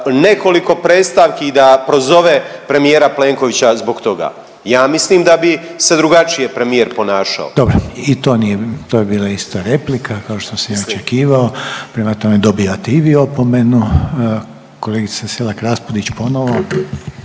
nekoliko predstavki i da prozove premijera Plenkovića zbog toga. Ja mislim da bi se drugačije premijer ponašao. **Reiner, Željko (HDZ)** Dobro i to nije, to je bila isto replika kao što sam i očekivao, prema tome dobijate i vi opomenu. Kolegica Selak Raspudić ponovo.